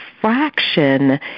fraction